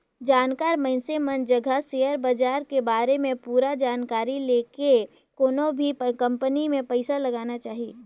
जानकार मइनसे मन जघा सेयर बाजार के बारे में पूरा जानकारी लेके कोनो भी कंपनी मे पइसा लगाना चाही